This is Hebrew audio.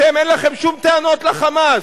אתם אין לכם שום טענות ל"חמאס".